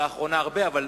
שלאחרונה לא טס הרבה, אבל